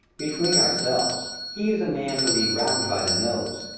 between ourselves, he is a man to lead round by the nose.